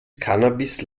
cannabis